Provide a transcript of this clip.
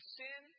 sin